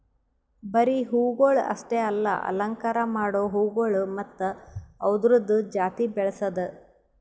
ಬರೀ ಹೂವುಗೊಳ್ ಅಷ್ಟೆ ಅಲ್ಲಾ ಅಲಂಕಾರ ಮಾಡೋ ಹೂಗೊಳ್ ಮತ್ತ ಅವ್ದುರದ್ ಜಾತಿ ಬೆಳಸದ್